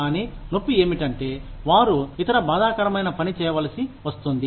కానీ నొప్పి ఏమిటంటే వారు ఇతర బాధాకరమైన పని చేయవలసి వస్తుంది